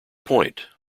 point